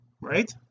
right